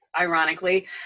Ironically